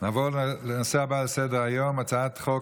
נעבור לנושא הבא על סדר-היום: הצעת חוק